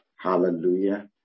hallelujah